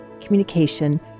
communication